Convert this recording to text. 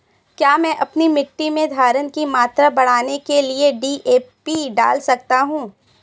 क्या मैं अपनी मिट्टी में धारण की मात्रा बढ़ाने के लिए डी.ए.पी डाल सकता हूँ?